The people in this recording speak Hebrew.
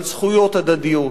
על זכויות הדדיות.